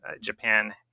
Japan